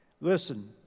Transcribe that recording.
Listen